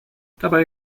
dabei